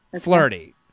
flirty